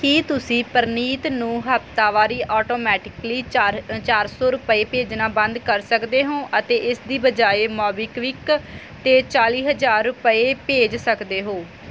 ਕੀ ਤੁਸੀਂ ਪਰਨੀਤ ਨੂੰ ਹਫ਼ਤਾਵਾਰੀ ਆਟੋਮੈਟਿਕਲੀ ਚਾਰ ਚਾਰ ਸੌ ਰੁਪਏ ਭੇਜਣਾ ਬੰਦ ਕਰ ਸਕਦੇ ਹੋ ਅਤੇ ਇਸ ਦੀ ਬਜਾਏ ਮੋਬੀਕਵਿਕ 'ਤੇ ਚਾਲੀ ਹਜ਼ਾਰ ਰੁਪਏ ਭੇਜ ਸਕਦੇ ਹੋ